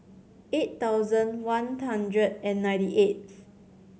eight thousand one hundred and ninety eighth